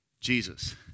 Jesus